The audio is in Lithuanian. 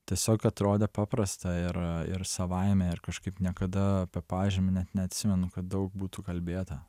tiesiog atrodė paprasta ir ir savaime ir kažkaip niekada apie pažymį net neatsimenu kad daug būtų kalbėta